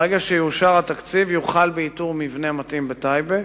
מהרגע שיאושר התקציב יוחל באיתור מבנה מתאים בטייבה,